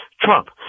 Trump